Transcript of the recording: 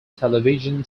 television